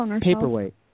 paperweight